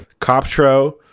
Coptro